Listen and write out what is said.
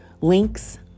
links